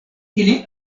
ili